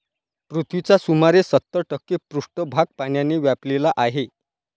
पृथ्वीचा सुमारे सत्तर टक्के पृष्ठभाग पाण्याने व्यापलेला आहे